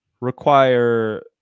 require